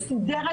מסודרת,